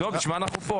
בשביל מה אנחנו פה?